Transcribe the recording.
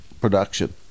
production